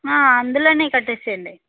ఆ అందులోనే కట్టేసెయ్యండి